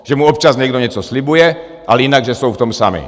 Že mu občas někdo něco slibuje, ale jinak že jsou v tom sami.